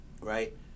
Right